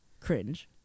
cringe